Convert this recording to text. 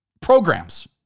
programs